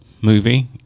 movie